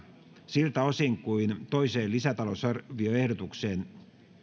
siltä osin kuin toiseen lisätalousarvioehdotukseen